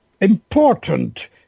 important